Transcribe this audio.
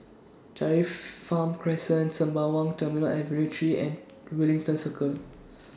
Dairy Farm Crescent Sembawang Terminal Avenue three and Wellington Circle